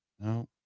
no